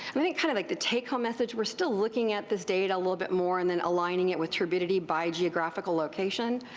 i think kind of like the take home message, weire still looking at this data a little bit more and then aligning it with turbidity by geographical location,